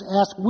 ask